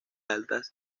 altas